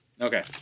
okay